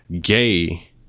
Gay